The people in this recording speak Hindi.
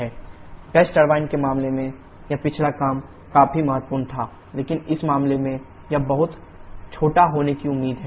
rbwWPWT गैस टरबाइन के मामले में यह पिछला काम काफी महत्वपूर्ण था लेकिन इस मामले में यह बहुत छोटा होने की उम्मीद है